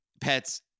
pets